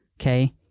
okay